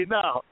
now